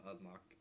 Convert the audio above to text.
unlock